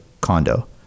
condo